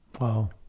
wow